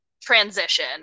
transition